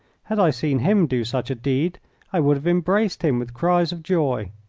had i seen him do such a deed i would have embraced him with cries of joy.